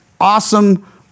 awesome